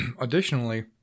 Additionally